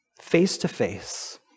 face-to-face